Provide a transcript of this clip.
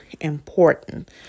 important